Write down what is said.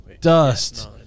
dust